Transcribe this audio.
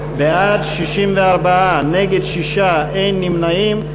בעד, 64, נגד, 6, אין נמנעים.